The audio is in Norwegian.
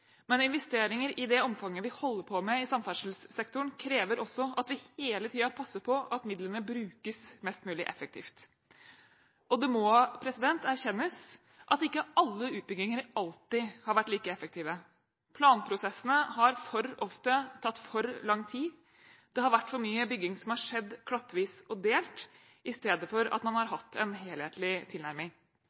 Men investeringer i det omfanget vi holder på med i samferdselssektoren, krever også at vi hele tiden passer på at midlene brukes mest mulig effektivt, og det må erkjennes at ikke alle utbygginger alltid har vært like effektive. Planprosessene har for ofte tatt for lang tid, det har vært for mye bygging og det har skjedd klattvis og delt, i stedet for at man har hatt en helhetlig tilnærming,